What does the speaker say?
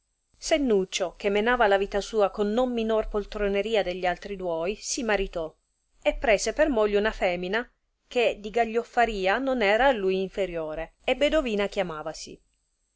gemma sennuccio che menava la vita sua con non minor poltroneria che gli altri duoi si maritò e prese per moglie una femina che di gaglioffaria non era a lui inferiore e bedovina chiamavasi